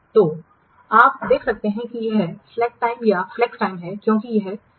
तो आप देख सकते हैं कि यह स्लैक टाइम या फ्लेक्स टाइम है क्योंकि यह समय मुफ्त है